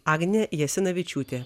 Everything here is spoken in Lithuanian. agnė jasinavičiūtė